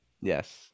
yes